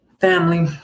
Family